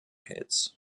hits